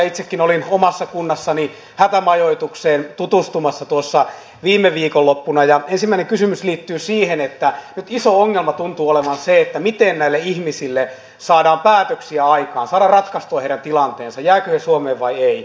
itsekin olin omassa kunnassani hätämajoitukseen tutustumassa tuossa viime viikonloppuna ja ensimmäinen kysymys liittyy siihen että nyt iso ongelma tuntuu olevan miten näille ihmisille saadaan päätöksiä aikaan saadaan ratkaistua heidän tilanteensa jäävätkö he suomeen vai eivät